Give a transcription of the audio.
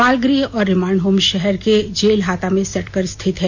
बाल गृह और रिमांड होम शहर के जेलहाता में सटकर स्थित है